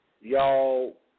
y'all